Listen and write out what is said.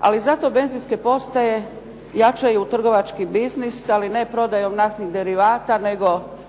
Ali zato benzinske postaje jačaju trgovinski biznis ali ne prodajom naftnih derivata nego